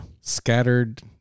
Scattered